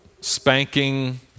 spanking